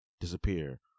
disappear